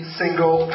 single